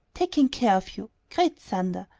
taking care of you! great thunder!